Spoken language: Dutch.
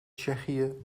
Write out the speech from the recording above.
tsjechië